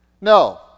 No